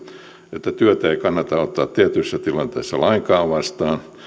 että työtä ei kannata ottaa tietyissä tilanteissa lainkaan vastaan